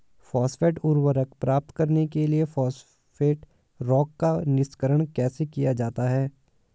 Phosphate उर्वरक प्राप्त करने के लिए फॉस्फेट रॉक का निष्कर्षण कैसे किया जाता है?